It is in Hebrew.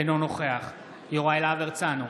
אינו נוכח יוראי להב הרצנו,